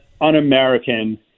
un-American